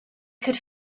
could